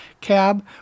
Cab